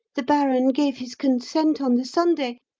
the baron gave his consent on the sunday,